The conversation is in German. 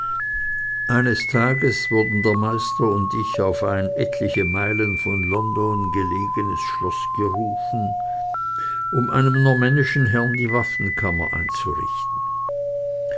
eines tages wurden der meister und ich auf ein etliche meilen von london gelegenes schloß gerufen um einem normännischen herrn die waffenkammer einzurichten